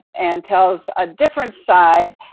and tells a different side,